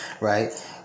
right